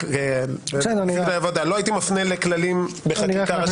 לא הייתי מפנה לכללים בחקיקה ראשית,